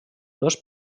dos